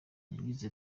yagize